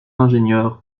ingénieur